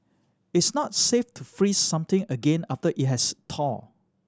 it's not safe to freeze something again after it has thawed